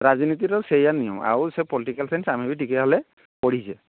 ରାଜନୀତିର ସେଇୟା ନିୟମ ଆଉ ସେ ପଲିଟିକାଲ୍ ସାଇନ୍ସ ଆମେ ବି ଟିକେ ହେଲେ ପଢ଼ିଛେ